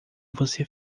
você